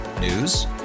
News